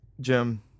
Jim